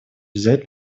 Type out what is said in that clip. взять